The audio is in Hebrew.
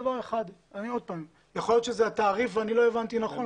יכול להיות שזה התעריף ואני לא הבנתי נכון.